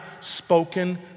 spoken